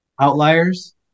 Outliers